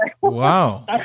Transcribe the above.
wow